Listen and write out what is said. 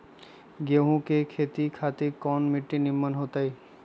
गेंहू की खेती खातिर कौन मिट्टी निमन हो ताई?